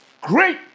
great